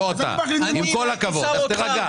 לא אתה, עם כל הכבוד, אז תירגע.